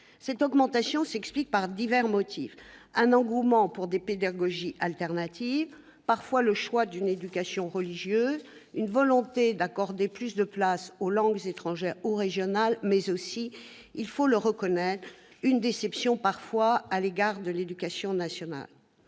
Cette augmentation s'explique par divers motifs : un engouement pour des pédagogies alternatives, parfois le choix d'une éducation religieuse, une volonté d'accorder plus de place aux langues étrangères ou régionales, mais aussi, il faut le reconnaître, parfois une déception à l'égard de l'éducation nationale.